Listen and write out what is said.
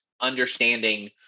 understanding